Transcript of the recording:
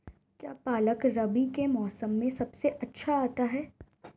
क्या पालक रबी के मौसम में सबसे अच्छा आता है?